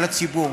על הציבור.